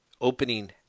opening